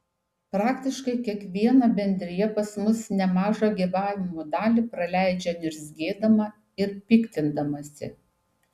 praktiškai kiekviena bendrija pas mus nemažą gyvavimo dalį praleidžia niurzgėdama ir piktindamasi